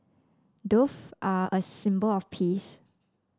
doves are a symbol of peace